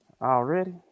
Already